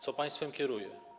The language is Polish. Co państwem kieruje?